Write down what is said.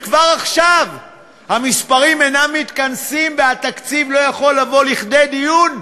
וכבר עכשיו המספרים אינם מתכנסים והתקציב לא יכול לבוא לכדי דיון,